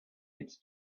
it’s